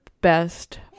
best